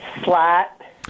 flat